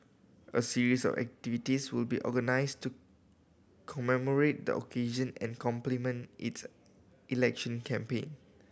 a series of activities will be organised to commemorate the occasion and complement its election campaign